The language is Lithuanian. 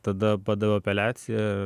tada padaviau apeliaciją